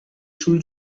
sul